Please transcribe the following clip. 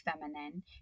feminine